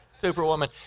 superwoman